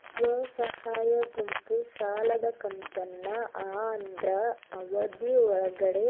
ಸ್ವಸಹಾಯ ಗುಂಪು ಸಾಲದ ಕಂತನ್ನ ಆದ್ರ ಅವಧಿ ಒಳ್ಗಡೆ